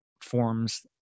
forms